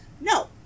no